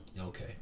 okay